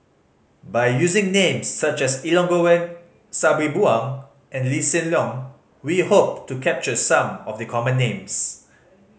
by using names such as Elangovan Sabri Buang and Lee Hsien Loong we hope to capture some of the common names